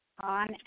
on